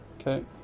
Okay